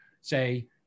say